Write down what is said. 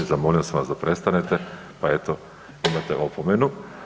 Zamolio sam vas da prestanete, pa eto imate opomenu.